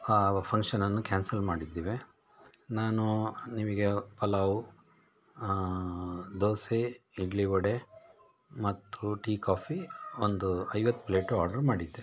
ಆ ಫಂಕ್ಷನನ್ನು ಕ್ಯಾನ್ಸಲ್ ಮಾಡಿದ್ದೇವೆ ನಾನು ನಿಮಗೆ ಪಲಾವ್ ದೋಸೆ ಇಡ್ಲಿ ವಡೆ ಮತ್ತು ಟೀ ಕಾಫಿ ಒಂದು ಐವತ್ತು ಪ್ಲೇಟು ಆರ್ಡ್ರು ಮಾಡಿದ್ದೆ